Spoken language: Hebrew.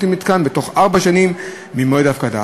למתקן בתוך ארבע שנים ממועד ההפקדה.